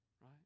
Right